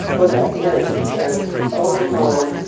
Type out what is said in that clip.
but that changed, and over time,